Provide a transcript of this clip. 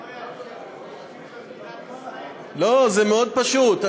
זה לא יצליח, במדינת ישראל, לא, זה מאוד פשוט.